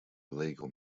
legal